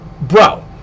Bro